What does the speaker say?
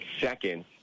second